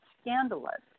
scandalous